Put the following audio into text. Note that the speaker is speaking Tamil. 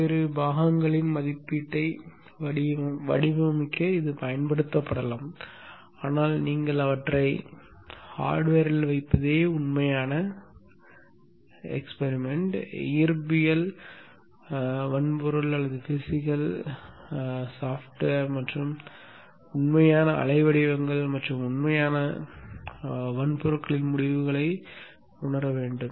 பல்வேறு பாகங்களின் மதிப்பீட்டை வடிவமைக்க இது பயன்படுத்தப்படலாம் ஆனால் நீங்கள் அவற்றை வன்பொருளில் வைப்பதே உண்மையான சோதனை இயற்பியல் வன்பொருள் மற்றும் உண்மையான அலைவடிவங்கள் மற்றும் உண்மையான வன்பொருளின் முடிவுகளை உணரவும்